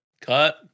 Cut